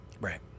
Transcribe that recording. right